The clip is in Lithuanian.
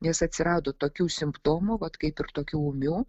nes atsirado tokių simptomų vat kaip ir tokių ūmių